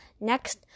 Next